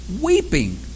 weeping